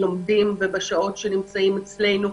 לומדים ושנמצאים אצלנו.